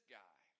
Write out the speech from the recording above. guy